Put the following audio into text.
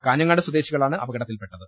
കാഞ്ഞങ്ങാട് സ്വദേശികളാണ് അപകടത്തിൽപ്പെട്ടത്